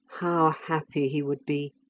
how happy he would be!